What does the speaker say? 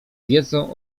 wiedzą